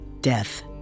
death